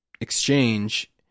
exchange